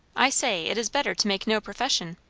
i say, it is better to make no profession.